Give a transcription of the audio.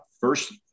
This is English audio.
first